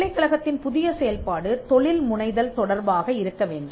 பல்கலைக்கழகத்தின் புதிய செயல்பாடு தொழில் முனைதல் தொடர்பாக இருக்க வேண்டும்